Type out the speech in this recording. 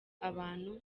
abantu